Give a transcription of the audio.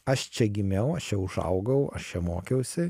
aš čia gimiau aš čia užaugau aš čia mokiausi